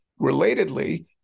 relatedly